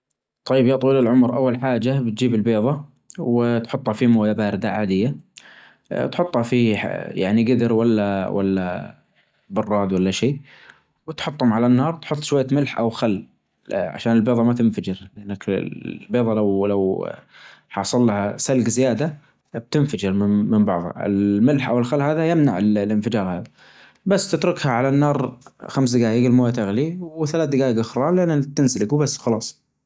طيب يا طويل العمر أول حاچة بتچيب البيضة وتحطها في موية باردة عادية تحطها في يعني قدر ولا ولا آآ براد ولا شيء وتحطهم على النار وتحط شوية ملح او خل عشان البيضة ما تنفچر لأنك البيضة لو لو حاصل لها سلج زيادة أبتنفچر من بعظها الملح او الخل هذا يمنع الانفجار هذا، بس تتركها على النار خمس دجايج الموية تغلي وثلاث دجايج أخرى للتنسلج وبس خلاص.